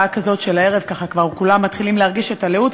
בשעה כזאת של הערב כולם מתחילים להרגיש את הלאות.